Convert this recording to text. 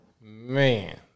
Man